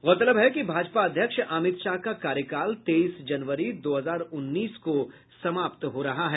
गौरतलब है कि भाजपा अध्यक्ष अमित शाह का कार्यकाल तेईस जनवरी दो हजार उन्नीस को समाप्त हो रहा है